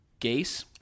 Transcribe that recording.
Gase